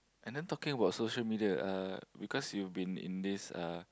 and then talking about social media uh you you been in this uh